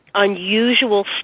unusual